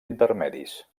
intermedis